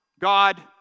God